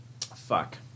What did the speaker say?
Fuck